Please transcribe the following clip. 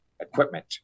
equipment